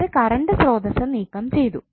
എന്നിട്ട് കറണ്ട് സ്രോതസ്സ് നീക്കംചെയ്തു